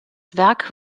werk